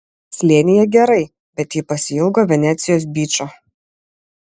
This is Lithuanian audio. slėnyje gerai bet ji pasiilgo venecijos byčo